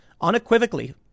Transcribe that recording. unequivocally